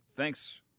Thanks